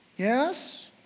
Yes